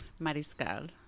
Mariscal